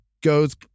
goes